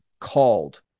called